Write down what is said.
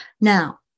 Now